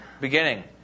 beginning